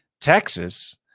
Texas